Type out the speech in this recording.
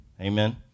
Amen